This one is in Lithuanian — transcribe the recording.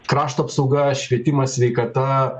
krašto apsauga švietimas sveikata